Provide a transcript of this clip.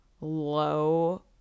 low